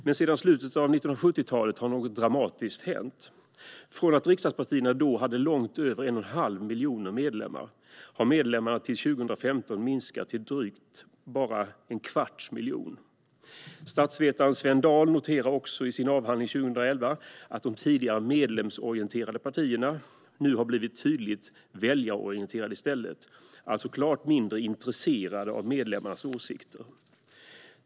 Men sedan slutet av 1970-talet har något dramatiskt hänt. Från att riksdagspartierna då hade långt över 1 1⁄2 miljon medlemmar har antalet medlemmar till 2015 minskat till bara drygt en kvarts miljon. Statsvetaren Svend Dahl noterar också i sin avhandling 2011 att de tidigare medlemsorienterade partierna nu har blivit tydligt väljarorienterade i stället, alltså klart mindre intresserade av medlemmarnas åsikter.